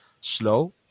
slow